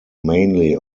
mainly